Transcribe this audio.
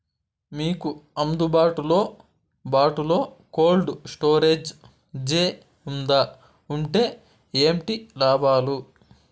మీకు అందుబాటులో బాటులో కోల్డ్ స్టోరేజ్ జే వుందా వుంటే ఏంటి లాభాలు?